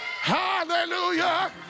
Hallelujah